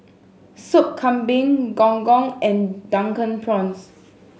Sop Kambing Gong Gong and Drunken Prawns